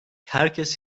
herkes